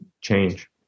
change